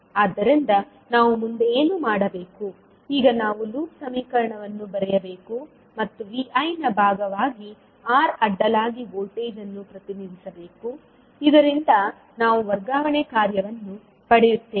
ಆದ್ದರಿಂದ ನಾವು ಮುಂದೆ ಏನು ಮಾಡಬೇಕು ಈಗ ನಾವು ಲೂಪ್ ಸಮೀಕರಣವನ್ನು ಬರೆಯಬೇಕು ಮತ್ತು Vi ನ ಭಾಗವಾಗಿ R ಅಡ್ಡಲಾಗಿ ವೋಲ್ಟೇಜ್ ಅನ್ನು ಪ್ರತಿನಿಧಿಸಬೇಕು ಇದರಿಂದ ನಾವು ವರ್ಗಾವಣೆ ಕಾರ್ಯವನ್ನು ಪಡೆಯುತ್ತೇವೆ